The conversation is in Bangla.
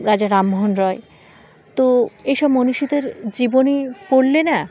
রাজা রামমোহন রয় তো এইসব মনীষীদের জীবনী পড়লে না